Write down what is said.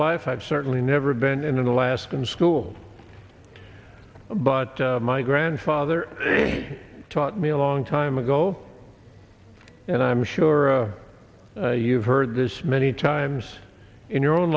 life i've certainly never been in an alaskan school but my grandfather taught me a long time ago and i'm sure you've heard this many times in your own